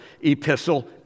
epistle